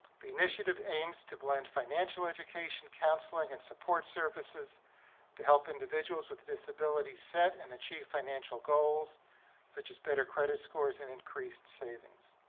the initiative aims to blend financial education, counseling, and support services to help individuals with disabilities set and achieve financial goals such as better credit scores and increased savings.